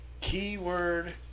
Keyword